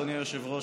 אדוני היושב-ראש,